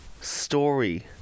story